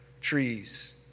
trees